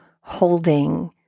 holding